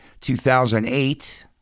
2008